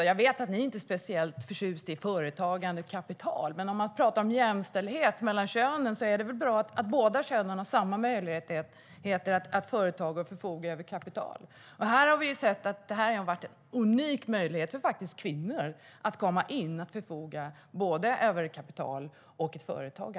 Jag vet att ni inte är speciellt förtjusta i företagande och kapital, men om man strävar efter jämställdhet mellan könen är det väl bra att båda könen har samma möjligheter att driva företag och förfoga över kapital. Det här har varit en unik möjlighet för kvinnor att få förfoga över kapital och företag.